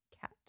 Cat